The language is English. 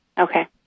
Okay